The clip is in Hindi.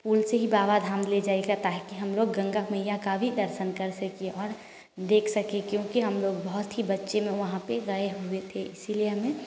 पूल से ही बाबाधाम ले जाइएगा ताकि हम लोग गंगा मैया का भी दर्शन कर सके और देख सकें कि क्योंकि हम लोग बहुत ही बच्चे में वहाँ पर गए हुए थे इसलिए हमें